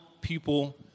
people